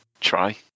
try